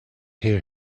hear